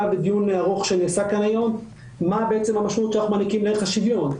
מה המשמעות שאנחנו מעניקים לערך השוויון?